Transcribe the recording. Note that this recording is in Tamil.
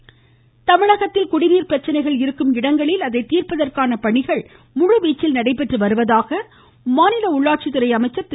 வேலுமணி தமிழகத்தில் குடிநீர் பிரச்சனைகள் இருக்கும் இடங்களில் அதை தீர்ப்பதற்கான பணிகள் முழுவீச்சில் நடைபெற்று வருவதாக உள்ளாட்சித்துறை அமைச்சர் திரு